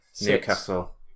Newcastle